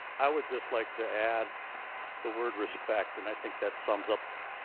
i would just like to add the word respect and i think that sums up